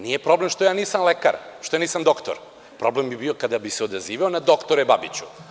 Nije problem što ja nisam lekar, što ja nisam doktor, problem bi bio kada bi se odazivao na – doktore Babiću.